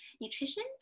nutrition